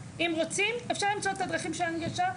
אם רוצים אפשר למצוא את הדרכים של הנגשה,